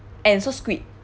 and also squid